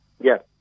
Yes